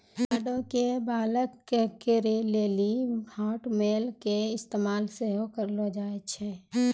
कार्डो के ब्लाक करे लेली हाटमेल के इस्तेमाल सेहो करलो जाय छै